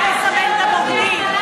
לא מתאים לך גם לסמן את הבוגדים.